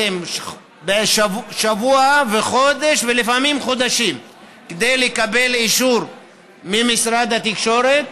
שבוע וחודש ולפעמים חודשים כדי לקבל אישור ממשרד התקשורת.